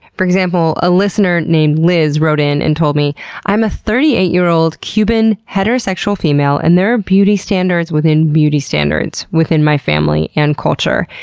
for example, a listener named liz wrote in and told me i'm a thirty eight year old cuban heterosexual female, and there are beauty standards within beauty standards within my family and culture.